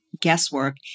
guesswork